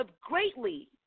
greatly